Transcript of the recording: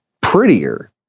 prettier